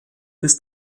bis